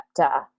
chapter